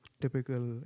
typical